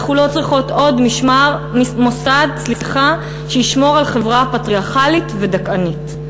אנחנו לא צריכות עוד מוסד שישמור על חברה פטריארכלית ודכאנית.